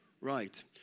Right